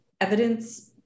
evidence